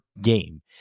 game